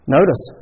Notice